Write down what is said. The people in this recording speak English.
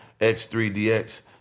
X3DX